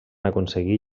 aconseguir